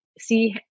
see